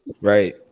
Right